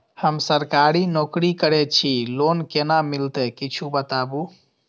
हम सरकारी नौकरी करै छी लोन केना मिलते कीछ बताबु?